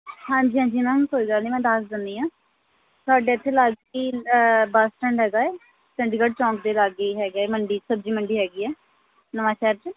ਹਾਂਜੀ ਹਾਂਜੀ ਮੈਮ ਕੋਈ ਗੱਲ ਨਹੀਂ ਮੈਂ ਦੱਸ ਦਿੰਦੀ ਹਾਂ ਸਾਡੇ ਇੱਥੇ ਲਾਗੇ ਹੀ ਬੱਸ ਸਟੈਂਡ ਹੈਗਾ ਹੈ ਚੰਡੀਗੜ੍ਹ ਚੌਂਕ ਦੇ ਲਾਗੇ ਹੈਗਾ ਹੈ ਮੰਡੀ ਸਬਜ਼ੀ ਮੰਡੀ ਹੈਗੀ ਹੈ ਨਵਾਂ ਸ਼ਹਿਰ 'ਚ